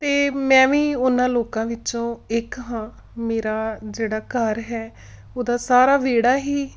ਅਤੇ ਮੈਂ ਵੀ ਉਹਨਾਂ ਲੋਕਾਂ ਵਿੱਚੋਂ ਇੱਕ ਹਾਂ ਮੇਰਾ ਜਿਹੜਾ ਘਰ ਹੈ ਉਹਦਾ ਸਾਰਾ ਵਿਹੜਾ ਹੀ